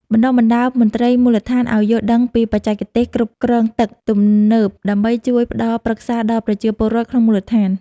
បណ្ដុះបណ្ដាលមន្ត្រីមូលដ្ឋានឱ្យយល់ដឹងពីបច្ចេកទេសគ្រប់គ្រងទឹកទំនើបដើម្បីជួយផ្ដល់ប្រឹក្សាដល់ប្រជាពលរដ្ឋក្នុងមូលដ្ឋាន។